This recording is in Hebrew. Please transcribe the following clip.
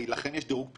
בנדל"ן רוסיה?